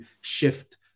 shift